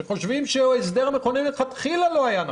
שחושבים שההסדר המכונן מלכתחילה לא היה נכון.